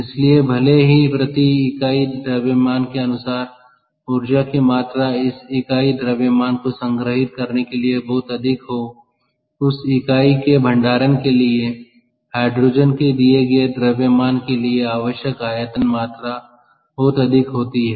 इसलिए भले ही प्रति इकाई द्रव्यमान के अनुसार ऊर्जा की मात्रा उस इकाई द्रव्यमान को संग्रहित करने के लिए बहुत अधिक हो उस इकाई के भण्डारण के लिए हाइड्रोजन के दिए गए द्रव्यमान के लिए आवश्यक आयतन मात्रा बहुत अधिक होती है